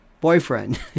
boyfriend